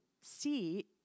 see